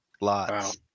lots